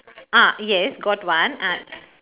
ah yes got one ah